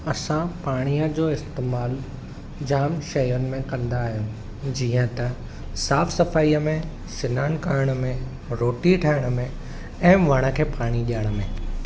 असां पाणीअ जो इस्तेमालु जाम शयुनि में कंदा आहियूं जीअं त साफ़ सफ़ाई में सनान करणु में रोटी ठाहिणु में ऐं वण खे पाणी डि॒यणु में